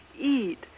eat